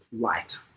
light